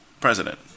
president